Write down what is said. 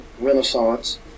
Renaissance